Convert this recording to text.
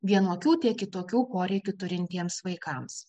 vienokių tiek kitokių poreikių turintiems vaikams